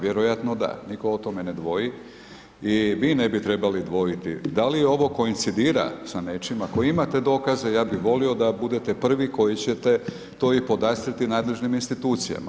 Vjerojatno da, nitko o tome ne dvoji i mi ne bi trebalo dvojiti, da li ovo koincidira sa nečime, ako imate dokaze, ja bi volio da budete prvi koji ćete to i podastirati nadležnim institucijama.